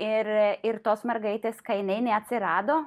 ir ir tos mergaitės kai jinai neatsirado